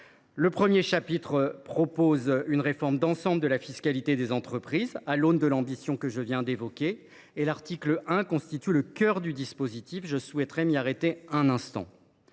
Le premier comporte une réforme d’ensemble de la fiscalité des entreprises, à l’aune de l’ambition que je viens d’évoquer. L’article 1 constitue le cœur de ce dispositif ; je souhaite m’y arrêter quelques instants.